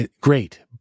great